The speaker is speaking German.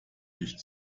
licht